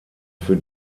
für